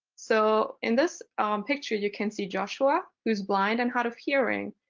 so in this picture, you can see joshua who's blind and hard of hearing.